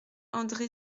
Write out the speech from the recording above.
andré